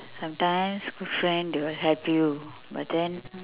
sometimes good friend they will help you but then